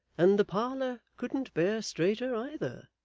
and the parlour couldn't bear straighter either.